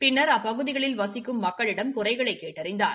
பின்னர் அப்பகுதிகளில் வசிக்கும் மக்களிடம் குறைகளைக் கேட்டறிந்தார்